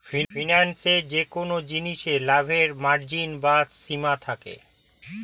ফিন্যান্সে যেকোন জিনিসে লাভের মার্জিন বা সীমা থাকে